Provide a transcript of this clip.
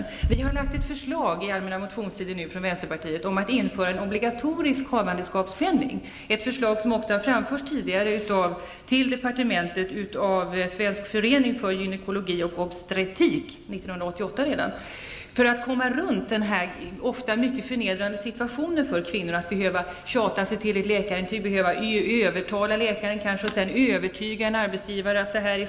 Vi i vänsterpartiet har i en motion väckt under den allmänna motionstiden lagt fram ett förslag om en obligatorisk havandeskapspenning. Det är ett förslag som tidigare har framförts redan 1988 till departementet av Svensk förening för gynekologi och obstetrik för att komma runt den ofta mycket förnedrande situationen för kvinnor, nämligen att behöva tjata sig till ett läkarintyg, kanske övertala läkaren, och sedan övertyga en arbetsgivare.